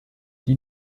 die